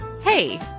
hey